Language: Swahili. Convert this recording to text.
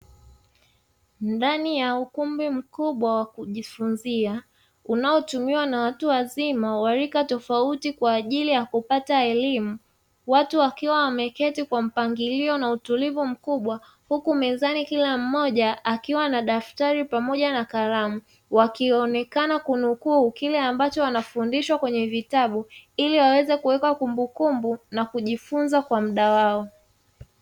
Ndani ya ukumbi mkubwa wa kujifunzia, unaotumiwa na watu wazima wa rika tofauti kwa ajili ya kupata elimu, watu wakiwa wameketi kwa mpangilio na utulivu mkubwa, huku mezani kila mmoja akiwa na daftari pamoja na kalamu; wakionekana kunukuu kile ambacho wanafundishwa kwenye vitabu, ili waweze kuweka kumbukumbu na kujifunza kwa muda wao.